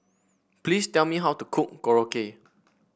please tell me how to cook Korokke